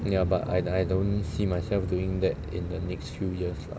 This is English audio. ya but I I don't see myself doing that in the next few years lah